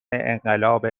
انقلاب